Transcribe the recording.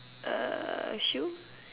uh shoe